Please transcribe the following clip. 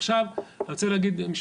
עכשיו, אני רוצה להגיד משפט.